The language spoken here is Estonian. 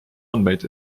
andmeid